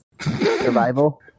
Survival